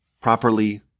Properly